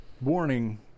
warning